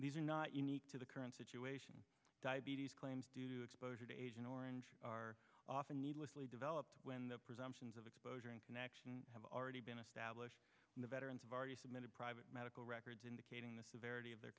these are not unique to the current situation diabetes claims due to exposure to agent orange are often needlessly developed when the presumptions of exposure and connection have already been established in the veterans of already submitted private medical records indicating the severity of their